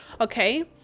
okay